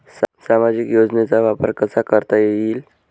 सामाजिक योजनेचा वापर कसा करता येईल?